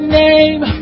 name